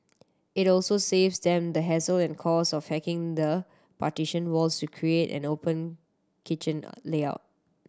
it also saves them the hassle and cost of hacking the partition walls to create an open kitchen layout